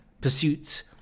pursuits